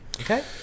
Okay